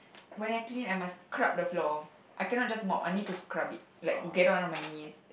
when I clean I must scrub the floor I cannot just mop I need to scrub it like get down on my knees